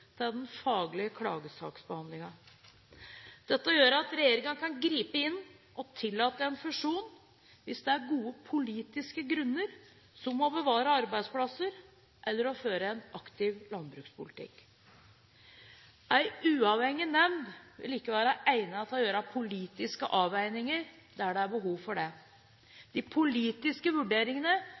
til den faglige klagesaksbehandlingen. Dette gjør at regjeringen kan gripe inn og tillate en fusjon hvis det er gode politiske grunner, som å bevare arbeidsplasser eller føre en aktiv landbrukspolitikk. En uavhengig nemnd vil ikke være egnet til å gjøre politiske avveininger der det er behov for det. De politiske vurderingene